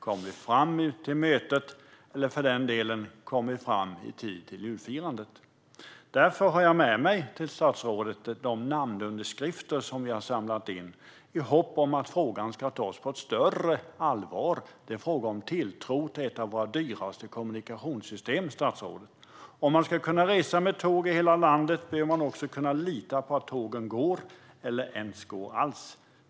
Kommer vi fram till mötet? Kommer vi fram i tid till julfirandet? Därför har jag till statsrådet tagit med mig de namnunderskrifter som vi har samlat in i hopp om att frågan ska tas på större allvar. Det är fråga om tilltro till ett av våra dyraste kommunikationssystem, statsrådet. Om man ska kunna resa med tåg i hela landet behöver man också kunna lita på att tågen verkligen går.